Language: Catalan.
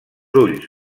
ulls